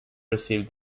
received